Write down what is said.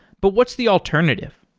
but what's the alternative?